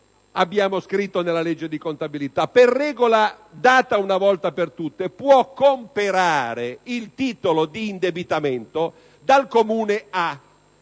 abbiamo scritto nella legge di contabilità - per regola data una volta per tutte può comprare il titolo d'indebitamento dal Comune A,